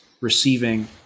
receiving